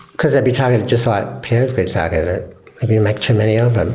because they'll be targeted, just like pierre's been targeted. if you make too many of them.